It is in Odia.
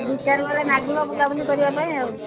ବିଚାର ବେଳେ ମାଗିବ ବୁଲାବୁଲି କରିବା ପାଇଁ ଆଉ